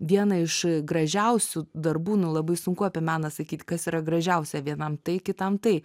vieną iš gražiausių darbų nu labai sunku apie meną sakyt kas yra gražiausia vienam tai kitam tai